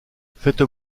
faites